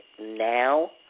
now